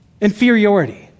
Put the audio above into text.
Inferiority